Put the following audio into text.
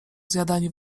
zjadaniu